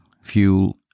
fuel